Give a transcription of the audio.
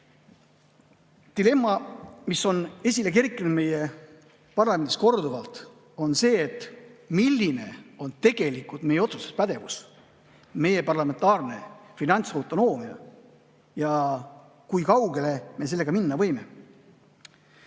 Dilemma, mis on esile kerkinud meie parlamendis korduvalt, on see, milline on tegelikult meie otsustuspädevus, meie parlamentaarne finantsautonoomia ja kui kaugele me sellega minna võime.